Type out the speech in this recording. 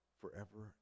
forever